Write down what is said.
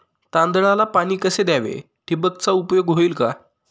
तांदळाला पाणी कसे द्यावे? ठिबकचा उपयोग होईल का?